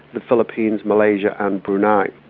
the philippines, malaysia and brunei.